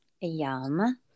Yum